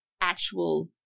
actual